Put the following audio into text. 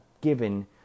given